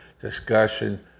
discussion